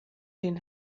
den